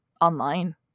online